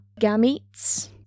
gametes